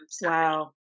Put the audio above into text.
Wow